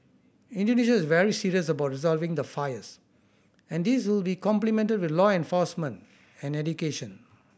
Indonesia is very serious about resolving the fires and this will be complemented with law enforcement and education